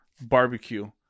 barbecue